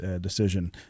decision